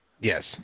Yes